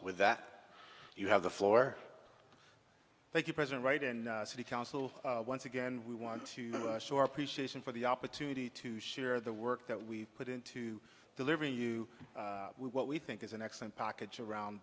with that you have the floor thank you president right and city council once again we want to show our appreciation for the opportunity to share the work that we put into delivery you what we think is an excellent package around